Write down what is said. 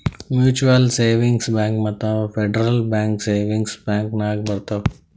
mutual savings bank ಮತ್ತ federal bank savings bank ನಾಗ್ ಬರ್ತಾವ್